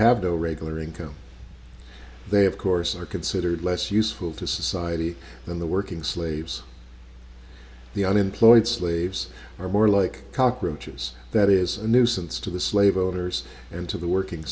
no regular income they of course are considered less useful to society than the working slaves the unemployed slaves or more like cockroaches that is a nuisance to the slave owners and to the working